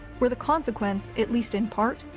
were the consequence, at least in part,